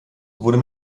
wurde